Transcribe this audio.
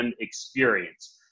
experience